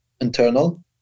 internal